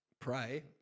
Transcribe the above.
Pray